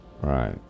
Right